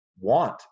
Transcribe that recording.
want